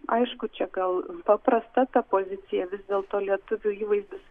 aišku čia gal paprasta ta pozicija vis dėlto lietuvių įvaizdis